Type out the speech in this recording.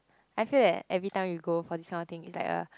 I feel that every time you go for these kind of thing it's like a